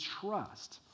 trust